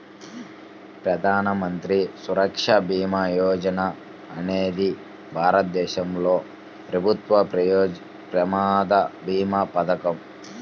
ప్రధాన మంత్రి సురక్ష భీమా యోజన అనేది భారతదేశంలో ప్రభుత్వ ప్రమాద భీమా పథకం